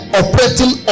operating